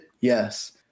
Yes